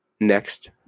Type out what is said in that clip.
next